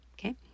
okay